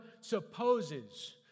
supposes